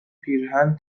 پیرهن